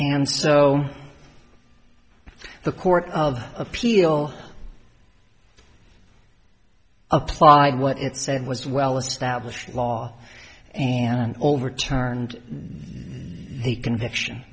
and so the court of appeal applied what it said was well established law and all returned the conviction